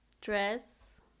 dress